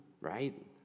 Right